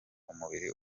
umubiri